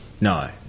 No